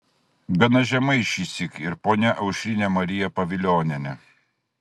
gana žemai šįsyk ir ponia aušrinė marija pavilionienė